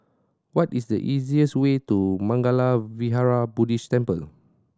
what is the easiest way to Mangala Vihara Buddhist Temple